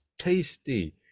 tasty